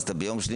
אז אתה ביום שני,